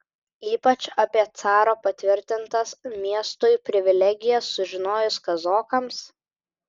ypač apie caro patvirtintas miestui privilegijas sužinojus kazokams